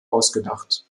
ausgedacht